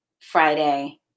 Friday